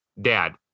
dad